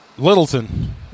Littleton